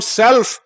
self